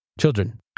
children